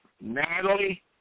Natalie